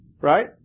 Right